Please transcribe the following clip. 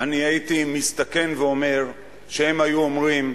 הייתי מסתכן ואומר שהם היו אומרים: